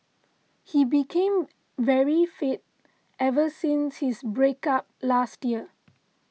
he became very fit ever since his break up last year